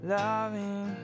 loving